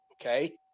okay